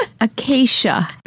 acacia